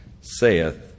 saith